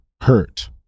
hurt